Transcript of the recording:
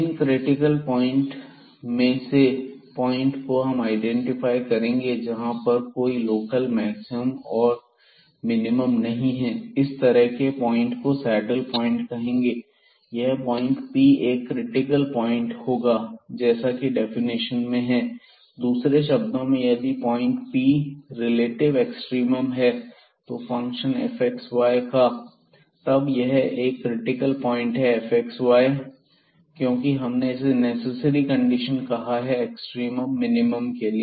इन critical point में से ऐसे पॉइंट को हम आईडेंटिफाई करेंगे जहां पर कोई लोकल मैक्सिमम और मिनिमम नहीं है इस तरह के पॉइंट को सैडल प्वाइंट कहेंगे यह पॉइंट P एक क्रिटिकल प्वाइंट होगा जैसा की डेफिनेशन में है दूसरे शब्दों में यदि पॉइंट Pab रिलेटिव एक्सट्रीमम है फंक्शन fxyका तब यह एक क्रिटिकल प्वाइंट है fxy क्योंकि हमने इसे नेसेसरी कंडीशन कहां है एक्सट्रीमम मिनिमम के लिए